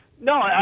No